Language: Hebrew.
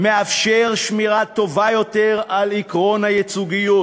"מאפשר שמירה טובה יותר על עקרון הייצוגיות,